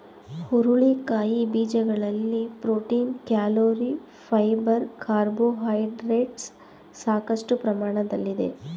ಹುರುಳಿಕಾಯಿ ಬೀಜಗಳಲ್ಲಿ protein, calorie, fibre carbohydrates ಸಾಕಷ್ಟು ಪ್ರಮಾಣದಲ್ಲಿದೆ